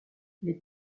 les